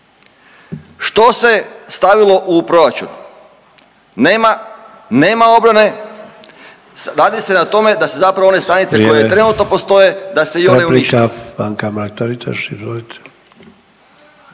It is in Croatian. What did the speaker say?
Što se stavilo u proračun? Nema obrane, radi se na tome da se zapravo one stanice …/Upadica Sanader: Vrijeme./… koje trenutno postoje da se i one unište.